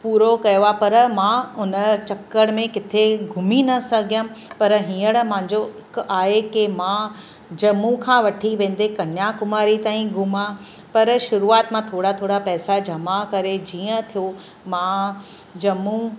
पूरो कयो आहे पर मां उनजे चक्कर में किथे घुमी न सघियमि पर हींअर मुंहिंजो हिकु आहे ताईं घुमा पर शुरूआति थोरा थोरा पैसा जमा करे जीअं थियो मां जम्मू